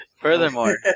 Furthermore